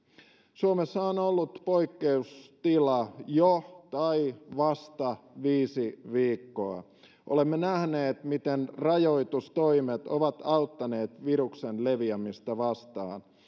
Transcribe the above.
suomessa on ollut poikkeustila jo tai vasta viisi viikkoa olemme nähneet miten rajoitustoimet ovat auttaneet viruksen leviämistä vastaan